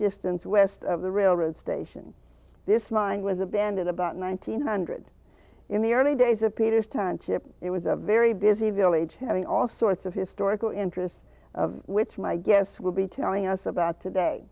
distance west of the railroad station this mine was abandoned about nineteen hundred in the early days of peter's timeship it was a very busy village having all sorts of historical interest which my guests will be telling us about today